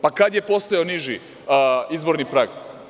Pa kad je postojao niži izborni prag?